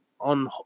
on